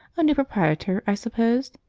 a new proprietor, i suppose.